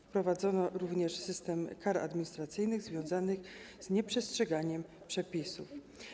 Wprowadzono również system kar administracyjnych związanych z nieprzestrzeganiem przepisów.